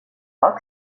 roch